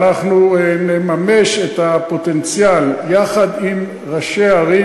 ואנחנו נממש את הפוטנציאל יחד עם ראשי הערים,